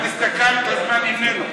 את הסתכלת על הזמן שאיננו.